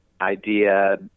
idea